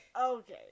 okay